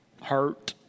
hurt